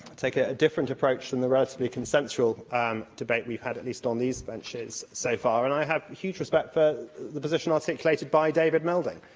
take a different approach from the relatively consensual debate we've had at least on these benches so far, and i have huge respect for the position articulated by david melding,